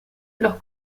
los